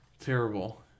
Terrible